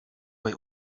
bei